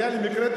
היה לי מקרה,